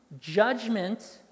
judgment